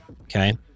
Okay